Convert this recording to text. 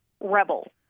Rebel